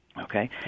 Okay